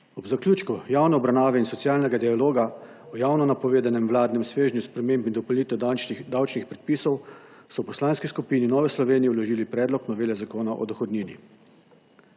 Ob zaključku javne obravnave in socialnega dialoga o javno napovedanem vladnem svežnju sprememb in dopolnitev davčnih predpisov so v Poslanski skupini Nove Slovenije vložili predlog novele Zakona o dohodnini.